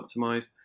optimized